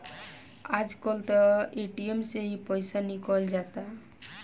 आज कल त ए.टी.एम से ही पईसा निकल जाता